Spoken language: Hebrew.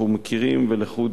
אנחנו מכירים, ולחוד